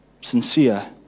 Sincere